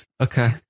Okay